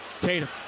Tatum